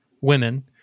women